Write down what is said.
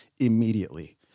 immediately